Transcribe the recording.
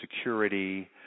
security